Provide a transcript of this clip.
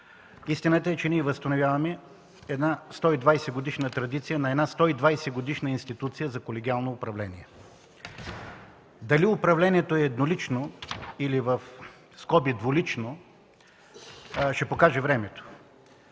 Истината е, че ние възстановяваме една 120 годишна традиция на една 120-годишна институция за колегиално управление. Дали управлението е еднолично или „двулично” ще покаже времето.